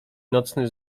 nocny